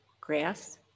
Grass